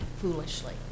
foolishly